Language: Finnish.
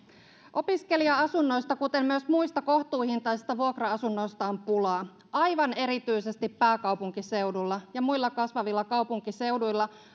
opiskelija asunnoista kuten myös muista kohtuuhintaisista vuokra asunnoista on pulaa aivan erityisesti pääkaupunkiseudulla ja muilla kasvavilla kaupunkiseuduilla